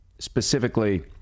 Specifically